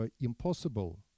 impossible